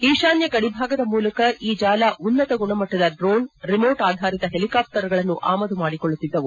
ಈಶಾನ್ಯ ಗಡಿ ಭಾಗದ ಮೂಲಕ ಈ ಜಾಲ ಉನ್ನತ ಗುಣಮಟ್ಟದ ಡ್ರೋಣ್ ರಿಮೋಟ್ ಆಧಾರಿತ ಪೆಲಿಕಾಪ್ಟರ್ಗಳನ್ನು ಆಮದು ಮಾಡಿಕೊಳ್ಳುತ್ತಿದ್ದವು